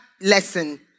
lesson